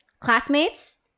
classmates